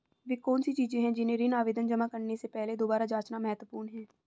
वे कौन सी चीजें हैं जिन्हें ऋण आवेदन जमा करने से पहले दोबारा जांचना महत्वपूर्ण है?